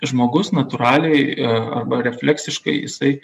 žmogus natūraliai arba refleksiškai jisai